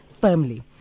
firmly